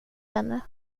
henne